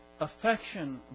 affection